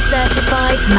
Certified